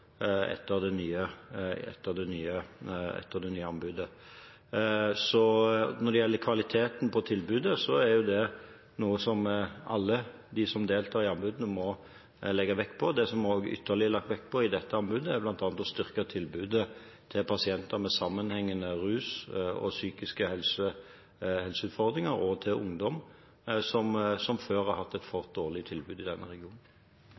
det nye anbudet. Når det gjelder kvaliteten på tilbudet, er det noe som alle de som deltar i anbudene, må legge vekt på. Det som også er ytterligere lagt vekt på i dette anbudet, er bl.a. å styrke tilbudet til pasienter med sammenhengende utfordringer innen rus og psykisk helse og til ungdom som før har hatt et for dårlig tilbud i denne regionen.